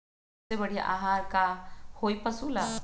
सबसे बढ़िया आहार का होई पशु ला?